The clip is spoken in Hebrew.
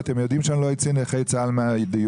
ואתם יודעים שאתם לא אוציא נכי צה"ל מהדיון,